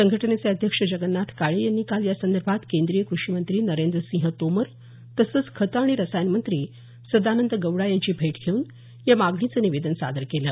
संघटनेचे अध्यक्ष जगन्नाथ काळे यांनी काल यासंदर्भात केंद्रीय क्रषी मंत्री नरेंद्रसिंह तोमर तसंच खतं आणि रसायनं मंत्री सदानंद गौडा यांची भेट घेऊन या मागणीचं निवेदन सादर केलं